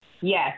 Yes